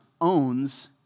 owns